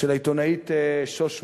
בכתבה של העיתונאית שוש מולא,